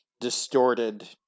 distorted